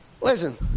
Listen